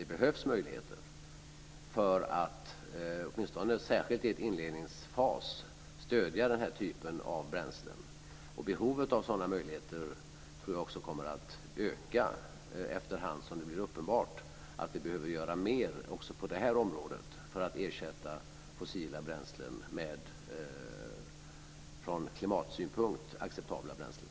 Det behövs möjligheter, särskilt i en inledningsfas, för att man ska kunna stödja den här typen av bränslen. Och jag tror att behovet av sådana möjligheter kommer att öka efter hand som det blir uppenbart att vi behöver göra mer också på det här området för att ersätta fossila bränslen med från klimatsynpunkt acceptabla bränslen.